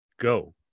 go